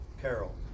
Carol